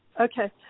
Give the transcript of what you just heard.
Okay